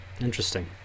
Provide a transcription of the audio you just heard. interesting